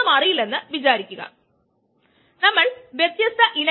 rgPk3 ES അതാണ് മുമ്പത്തെ സമവാക്യം